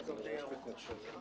עוסק בתחום נדרש להמלצת המשטרה